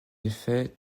effet